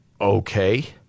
okay